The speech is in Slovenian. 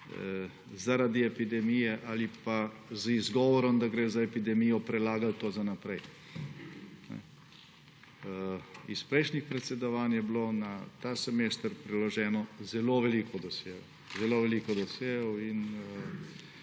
zaradi epidemije ali pa z izgovorom, da gre za epidemijo, prelagali to za naprej. Iz prejšnjih predsedovanj je bilo na ta semester preloženo zelo veliko dosjejev, zelo veliko dosjejev.